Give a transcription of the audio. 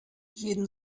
jeden